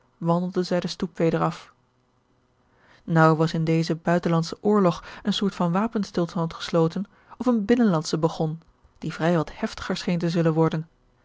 wandelden zij de stoep weder af naauw was in dezen buitenlandschen oorlog eene soort van wapenstilstand gesloten of een binnenlandsche begon die vrij wat heftiger scheen te zullen worden